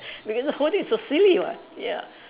because the whole thing is so silly [what] ya